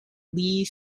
lee